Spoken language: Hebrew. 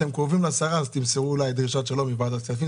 אתם קרובים לשרה אז תמסרו לה ד"ש מוועדת כספים.